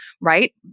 right